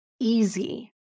easy